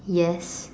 yes